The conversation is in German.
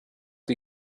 die